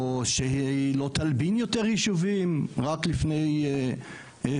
או שהיא לא תלבין יותר יישובים רק לפני שבוע,